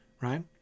right